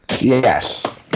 Yes